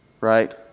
Right